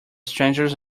strangers